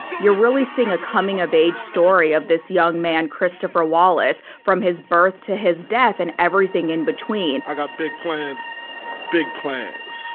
you're really seeing a coming of age story of this young man christopher wallace from his birth to his death and everything in between. i got big plans big plans.